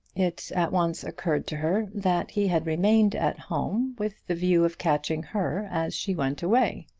it at once occurred to her that he had remained at home with the view of catching her as she went away.